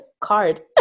card